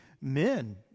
men